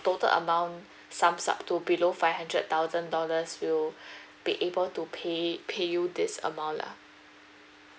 total amount sums up to below five hundred thousand dollars we'll be able to pay pay you this amount lah